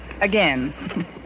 Again